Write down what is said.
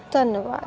ਧੰਨਵਾਦ